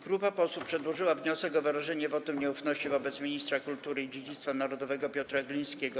Grupa posłów przedłożyła wniosek o wyrażenie wotum nieufności wobec ministra kultury i dziedzictwa narodowego Piotra Glińskiego.